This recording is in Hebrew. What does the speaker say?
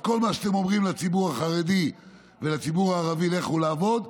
אז כל מה שאתם אומרים לציבור החרדי ולציבור הערבי: לכו לעבוד,